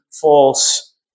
false